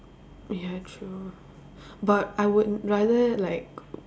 ya true but I would rather like